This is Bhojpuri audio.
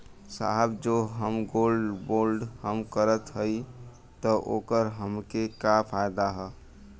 साहब जो हम गोल्ड बोंड हम करत हई त ओकर हमके का फायदा ह?